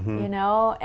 you know?